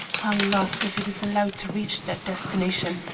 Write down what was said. alas! if it is allowed to reach that destination,